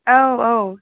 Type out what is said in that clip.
औ औ